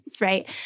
right